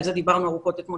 על זה דיברנו ארוכות אתמול,